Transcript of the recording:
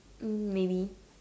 um maybe